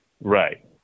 Right